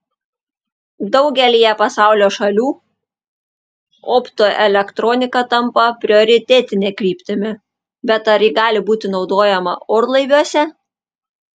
daugelyje pasaulio šalių optoelektronika tampa prioritetine kryptimi bet ar ji gali būti naudojama orlaiviuose